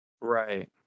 Right